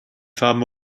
farben